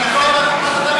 הורגים אותו.